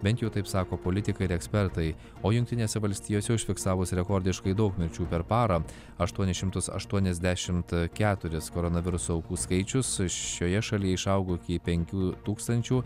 bent jau taip sako politikai ir ekspertai o jungtinėse valstijose užfiksavus rekordiškai daug mirčių per parą aštuonis šimtus aštuoniasdešimt keturis koronaviruso aukų skaičius šioje šalyje išaugo iki penkių tūkstančių